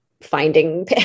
finding